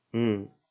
mm